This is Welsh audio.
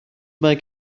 mae